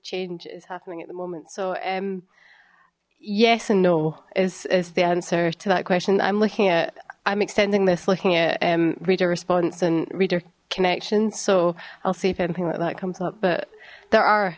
change is happening at the moment so em yes and no is the answer to that question i'm looking at i'm extending this looking at and read a response and reader connections so i'll see if anything like that comes up but there are